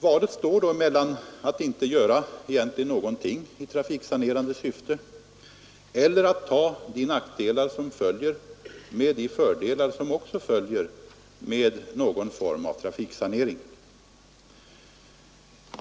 Valet står då mellan att egentligen inte göra någonting i trafiksanerande syfte eller att ta också de nackdelar som följer med fördelarna av någon form av trafiksanering.